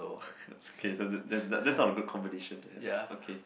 it's okay that that that that's not a good combination to have okay